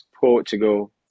portugal